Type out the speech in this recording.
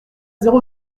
zéro